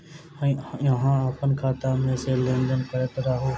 अहाँ अप्पन खाता मे सँ लेन देन करैत रहू?